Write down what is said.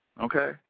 Okay